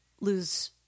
lose